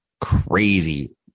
crazy